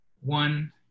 One